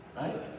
Right